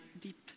deep